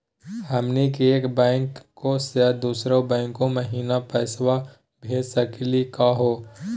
हमनी के एक बैंको स दुसरो बैंको महिना पैसवा भेज सकली का हो?